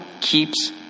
keeps